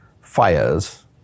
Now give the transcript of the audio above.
fires